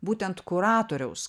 būtent kuratoriaus